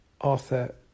Arthur